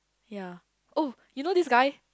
ya oh you know this guy